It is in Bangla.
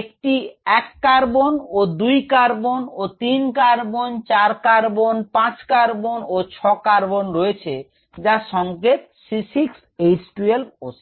একটি 1 carbon 2 carbon 3 carbon 4 carbon 5 carbon ও 6 কার্বন রয়েছে যার সংকেত C6H12O6